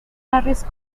harris